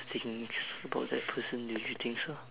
things about that person don't you think so